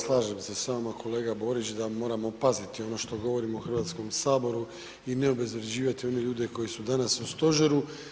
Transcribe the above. Slažem se s vama, kolega Borić, da moramo paziti ono što govorimo u HS-u i ne obezvrjeđivati one ljude koji su danas u Stožeru.